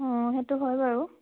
অঁ সেইটো হয় বাৰু